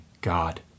God